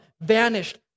vanished